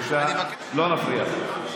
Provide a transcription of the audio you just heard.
אתה לא מנהל את הישיבה.